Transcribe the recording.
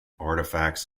artifacts